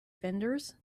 vendors